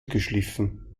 geschliffen